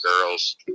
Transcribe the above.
girls